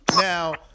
Now